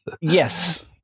yes